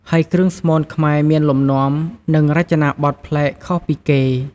ហើយគ្រឿងស្មូនខ្មែរមានលំនាំ និងរចនាបថប្លែកខុសពីគេ។